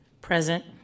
Present